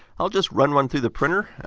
i'll just run one through the printer,